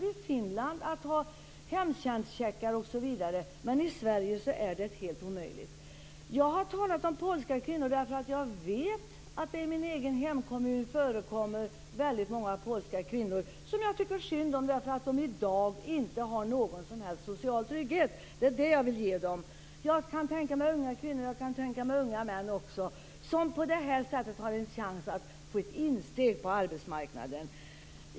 I Finland går det att ha hemtjänstcheckar osv. Men i Sverige är det helt omöjligt. Jag har talat om polska kvinnor för att jag vet att det i min egen hemkommun finns väldigt många polska kvinnor. Dessa kvinnor tycker jag synd om, eftersom de i dag inte har någon som helst social trygghet. Det är det jag vill ge dem. Jag kan tänka mig unga kvinnor, och jag kan också tänka mig unga män, som på det här sättet får en chans att få insteg på arbetsmarknaden.